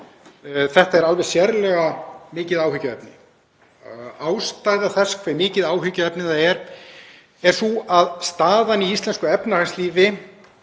Þetta er alveg sérlega mikið áhyggjuefni. Ástæða þess hve mikið áhyggjuefni það er er sú að staðan í íslensku efnahagslífi